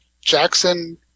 Jackson